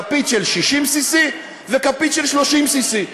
כפית של cc60 וכפית של cc30.